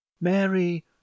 mary